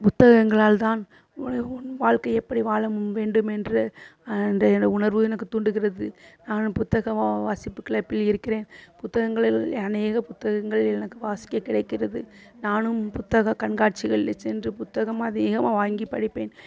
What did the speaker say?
புத்தகங்களால் தான் உன் உன் வாழ்க்கையை எப்படி வாழ வேண்டும் என்று என்ற என உணர்வு எனக்கு தூண்டுகிறது நானும் புத்தக வா வாசிப்புக்களை இருக்கிறேன் புத்தகங்களில் அநேக புத்தகங்கள் எனக்கு வாசிக்க கிடைக்கிறது நானும் புத்தக கண்காட்சிகளிலே சென்று புத்தகம் அதிகமாக வாங்கிப் படிப்பேன்